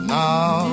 now